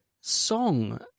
song